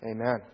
Amen